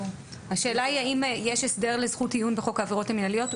השאלה היא האם יש הסדר לזכות עיון בחוק העבירות המינהליות.